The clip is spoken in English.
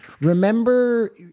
remember